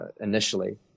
initially